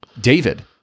David